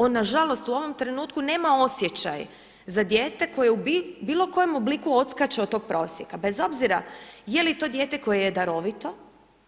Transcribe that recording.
On nažalost u ovom trenutku nema osjećaj za dijete koje u bilokojem obliku odskače od tog prosjeka bez obzira je li to dijete koje je darovito,